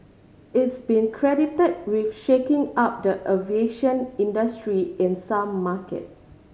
it's been credited with shaking up the aviation industry in some market